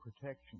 protection